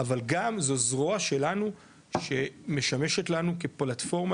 אבל גם זה זרוע שלנו שמשמשת לנו כפלטפורמה